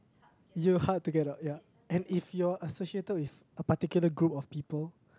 you hard to get out ya and if you are associated with a particular group of people